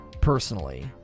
personally